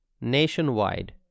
Nationwide